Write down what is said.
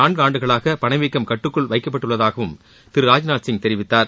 நான்காண்டுகளாக பணவீக்கம் கட்டுக்குள் வைக்கப்பட்டுள்ளதாகவும் திரு ராஜ்நாத்சிங் கடந்த தெரிவித்தார்